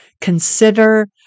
consider